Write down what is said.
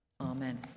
Amen